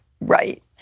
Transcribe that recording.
right